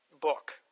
book